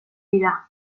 dira